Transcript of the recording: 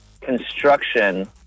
construction